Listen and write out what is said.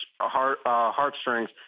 heartstrings